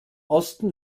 osten